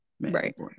Right